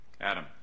adam